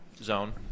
zone